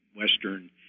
Western